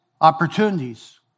opportunities